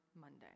Monday